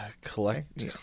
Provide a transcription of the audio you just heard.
collect